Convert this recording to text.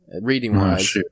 reading-wise